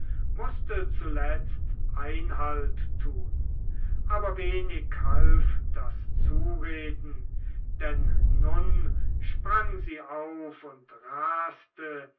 mußte zuletzt einhalt tun aber wenig half das zureden denn nun sprang sie auf und raste